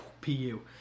PU